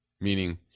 meaning